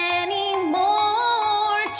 anymore